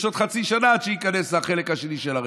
יש עוד חצי שנה עד שייכנס החלק השני של הרפורמה,